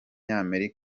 yabonye